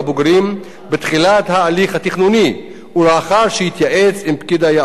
בתחילת ההליך התכנוני ולאחר שהתייעץ עם פקיד היערות.